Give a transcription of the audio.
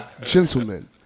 Gentlemen